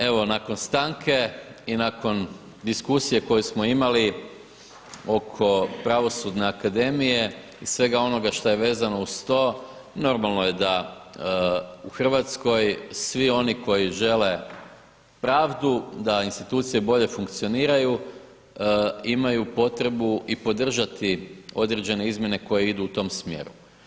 Evo, nakon stanke i nakon diskusije koju smo imali oko pravosudne akademije i svega onoga što je vezano uz to, normalno je da u RH svi oni koji žele pravdu, da institucije bolje funkcioniraju, imaju potrebu i podržati određene izmjene koje idu u tom smjeru.